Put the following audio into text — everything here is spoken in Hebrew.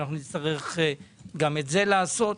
נצטרך גם את זה לעשות.